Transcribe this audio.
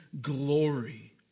Glory